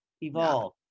evolve